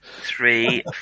Three